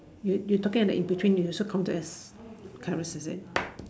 you you talking the in between you also counted as carrot is it